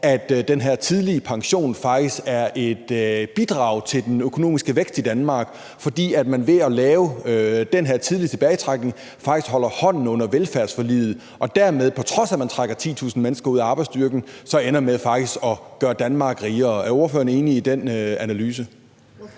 at den her tidlige pension faktisk er et bidrag til den økonomiske vækst i Danmark, fordi man ved at lave den her tidlige tilbagetrækning faktisk holder hånden under velfærdsforliget og dermed, på trods af at man trækker 10.000 mennesker ud af arbejdsstyrken, faktisk ender med at gøre Danmark rigere. Er ordføreren enig i den analyse?